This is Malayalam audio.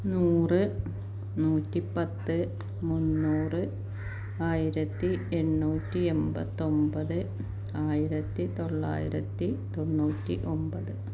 നൂറ് നൂറ്റിപ്പത്ത് മുന്നൂറ് ആയിരത്തി എണ്ണൂറ്റി എണ്പത്തിയൊന്പത് ആയിരത്തി തൊള്ളായിരത്തി തൊണ്ണൂറ്റി ഒമ്പത്